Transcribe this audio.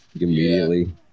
immediately